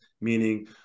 meaning